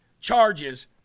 charges